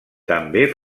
també